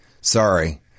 Sorry